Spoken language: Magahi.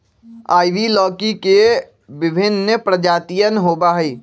आइवी लौकी के विभिन्न प्रजातियन होबा हई